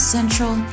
Central